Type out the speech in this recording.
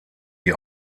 die